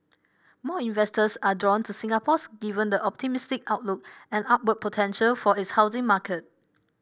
more investors are drawn to Singapore's given the optimistic outlook and upward potential for its housing market